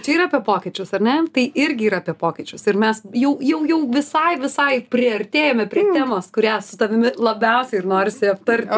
čia yra apie pokyčius ar ne tai irgi yra apie pokyčius ir mes jau jau jau visai visai priartėjome prie temos kurią su tavimi labiausiai ir norisi aptarti